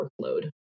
workload